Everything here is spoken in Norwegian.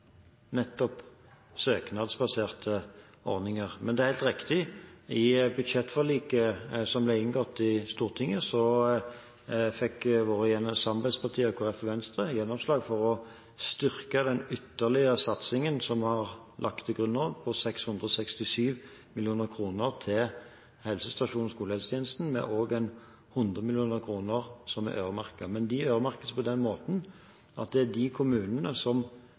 nettopp søknadsbaserte ordninger. Men det er helt riktig: I budsjettforliket som ble inngått i Stortinget, fikk våre samarbeidspartier, Kristelig Folkeparti og Venstre, gjennomslag for å styrke den ytterligere satsingen som var lagt til grunn, på 667 mill. kr til helsestasjons- og skolehelsetjenesten, men også 100 mill. kr som er øremerket. Men de øremerkes på den måten at det er de kommunene som